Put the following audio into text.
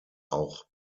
auch